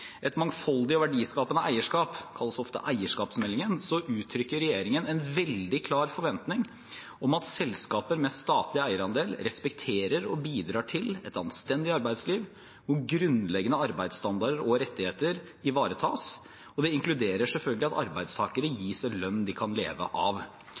Et mangfoldig og verdiskapende eierskap – den kalles ofte eierskapsmeldingen – uttrykker regjeringen en veldig klar forventning om at selskaper med statlig eierandel respekterer og bidrar til et anstendig arbeidsliv, hvor grunnleggende arbeidsstandarder og rettigheter ivaretas. Det inkluderer selvfølgelig at arbeidstakere gis en lønn de kan leve av. Oppfølgingen av